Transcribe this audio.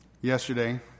yesterday